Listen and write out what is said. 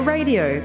Radio